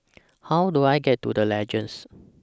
How Do I get to The Legends